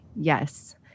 yes